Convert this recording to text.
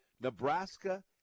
Nebraska